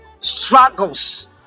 struggles